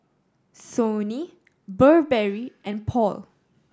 Sony Burberry and Paul